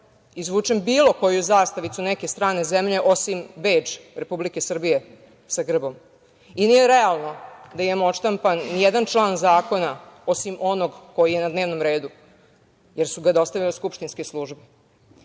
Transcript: izvučem bilo koju zastavicu neke strane zemlje osim bedž Republike Srbije sa grbom i nije realno da imamo odštampan ni jedan član zakona, osim onog koji je na dnevnom redu, jer su ga dostavile skupštinske službe. Da